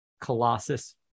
colossus